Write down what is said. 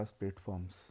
platforms